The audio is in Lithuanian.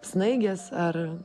snaigės ar